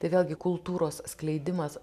tai vėlgi kultūros skleidimas